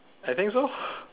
I think so